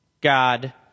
God